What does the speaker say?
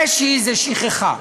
תשי, זה שכחה.